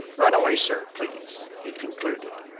run away, sir, please! he concluded,